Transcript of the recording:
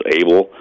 able